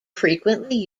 frequently